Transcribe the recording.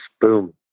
boom